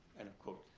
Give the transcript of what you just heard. end quote.